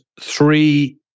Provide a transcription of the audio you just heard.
three